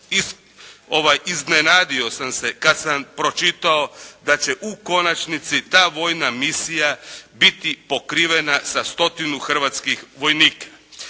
iznenadio sam se kada sam pročitao da će u konačnici ta vojna misija biti pokrivena sa stotinu hrvatskih vojnika.